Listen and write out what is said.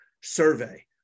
survey